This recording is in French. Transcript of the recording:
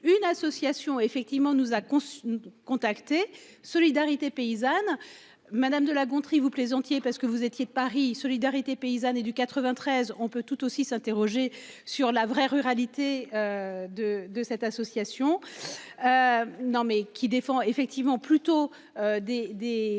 une association effectivement nous a construit contacté solidarité paysanne. Madame de La Gontrie. Vous plaisantez parce que vous étiez de Paris solidarité paysanne et du 93, on peut tout aussi s'interroger sur la vraie ruralité. De de cette association. Non, mais qui défend effectivement plutôt des